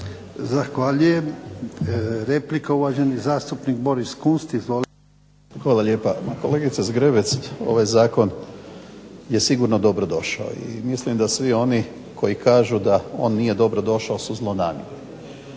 Zahvaljujem. Replika, uvaženi zastupnik Boris Kunst. Izvolite. **Kunst, Boris (HDZ)** Hvala lijepa. Kolegica Zgrebec ovaj zakon je sigurno dobrodošao i mislim da svi oni koji kažu da on nije dobrodošao su zlonamjerni.